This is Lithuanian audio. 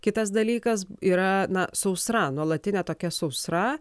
kitas dalykas yra na sausra nuolatinė tokia sausra